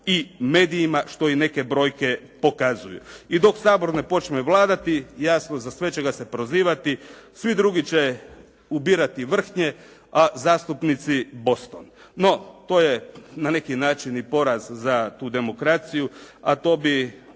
i medijima što i neke brojke pokazuju. I dok Sabor ne počne vladati jasno za sve će ga se prozivati. Svi drugi će ubirati vrhnje a zastupnici boston. No, to je na neki način i poraz za tu demokraciju a to bi